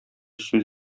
сүз